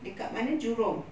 dekat mana jurong